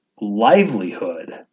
livelihood